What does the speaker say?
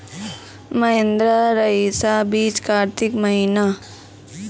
महिंद्रा रईसा बीज कार्तिक महीना?